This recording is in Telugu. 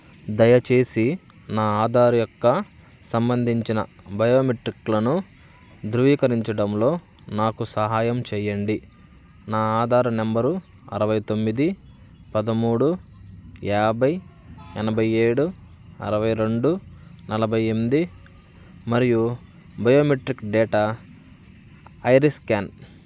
దయచేసి నా ఆధార్ యొక్క సంబంధించిన బయోమెట్రిక్లను ధృవీకరించడంలో నాకు సహాయం చేయండి నా ఆధార్ నంబరు అరవై తొమ్మిది పదమూడు యాభై ఎనభై ఏడు అరవై రెండు నలభై ఎనిమిది మరియు బయోమెట్రిక్ డేటా ఐరిస్ స్కాన్